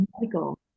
Michael